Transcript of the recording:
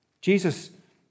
Jesus